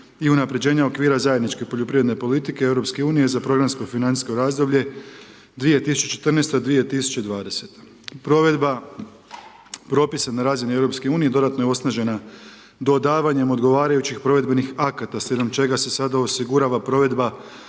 i unaprjeđenja okvira zajedničke poljoprivredne politike EU za programsko financijsko razdoblje 2014. – 2020. Provedba propisa na razini EU dodatno je osnažena dodavanjem odgovarajućih provedbenih akata slijedom čega se sada osigurava provedba